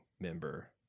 member